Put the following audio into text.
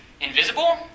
invisible